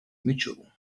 mitchell